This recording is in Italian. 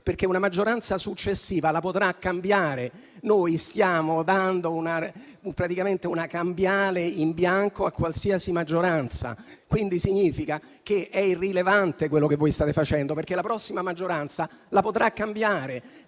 quanto una maggioranza successiva la potrà cambiare. Noi stiamo dando praticamente una cambiale in bianco a qualsiasi maggioranza. Ciò significa che è irrilevante quello che voi state facendo, perché la prossima maggioranza la potrà cambiare